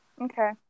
Okay